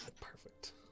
Perfect